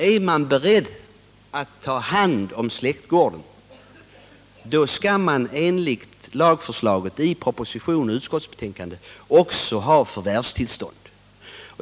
Om man är beredd att ta hand om släktgården skall man enligt lagförslaget i propositionen och utskottsbetänkandet också ha förvärvstillstånd.